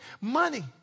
money